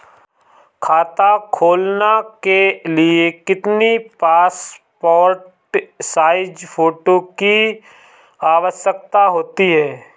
खाता खोलना के लिए कितनी पासपोर्ट साइज फोटो की आवश्यकता होती है?